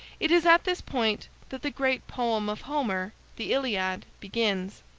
it is at this point that the great poem of homer, the iliad, begins.